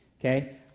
Okay